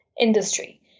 industry